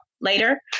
later